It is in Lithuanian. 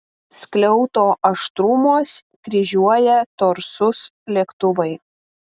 skliauto aštrumuos kryžiuoja torsus lėktuvai